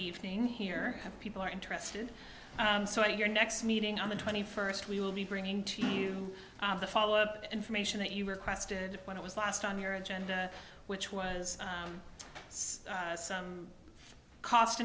evening here and people are interested so at your next meeting on the twenty first we will be bringing to you the follow up information that you requested when i was last on your agenda which was some cost